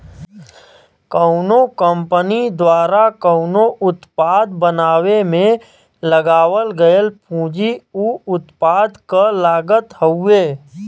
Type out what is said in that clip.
कउनो कंपनी द्वारा कउनो उत्पाद बनावे में लगावल गयल पूंजी उ उत्पाद क लागत हउवे